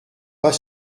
pas